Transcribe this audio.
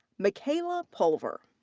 makayla pulver.